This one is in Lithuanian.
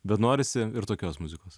bet norisi ir tokios muzikos